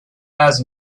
has